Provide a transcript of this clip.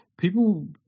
People